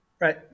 Right